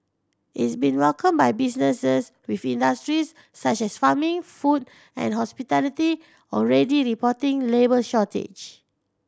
is been welcomed by businesses with industries such as farming food and hospitality already reporting labour shortages